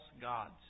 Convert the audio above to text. gods